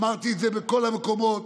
אמרתי את זה בכל המקומות.